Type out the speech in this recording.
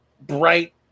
bright